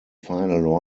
final